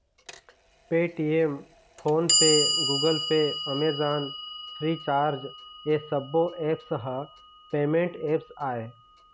Paytm, PhonePe, Google Pay, Amazon, Freecharge ए सब्बो apps ह पेमेंट ऐप्स आय